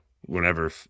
whenever